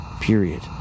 period